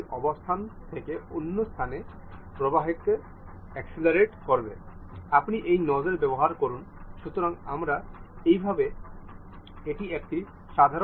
আপনি এই অ্যানিমেশনটি ভাল এবং সূক্ষ্মভাবে চলছে তা দেখতে পারেন